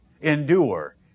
Endure